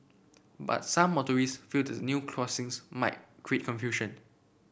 but some motorist felt the new crossings might create confusion